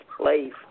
place